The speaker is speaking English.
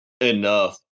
enough